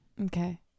Okay